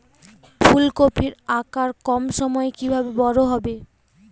ফুলকপির আকার কম সময়ে কিভাবে বড় হবে?